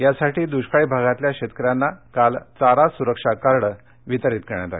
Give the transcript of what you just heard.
यासाठी दुष्काळी भागातल्या शेतकऱ्यांना काल चारा सुरक्षा कार्डे वितरित करण्यात आली